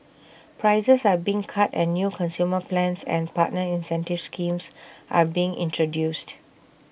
prices are being cut and new consumer plans and partner incentive schemes are being introduced